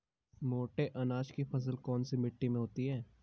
मोटे अनाज की फसल कौन सी मिट्टी में होती है?